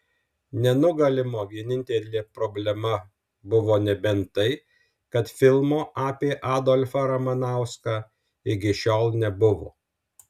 nenugalimo vienintelė problema buvo nebent tai kad filmo apie adolfą ramanauską iki šiol nebuvo